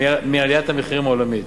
מעליית המחירים העולמית,